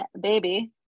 Baby